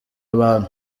abantu